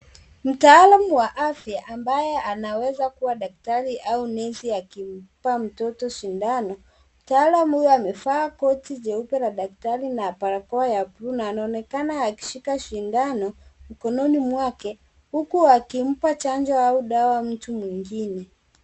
Mtaalamu wa afya ambaye anaweza kuwa daktari au nesi akimpa mtoto sindano. Mtaalamu huyo amevaa koti jeupe la daktari na barakoa ya bluu na anaonekana akishika sindano mkononi mwake huku akimpa chanjo au dawa mtu mwingine.